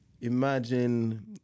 imagine